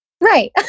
Right